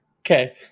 Okay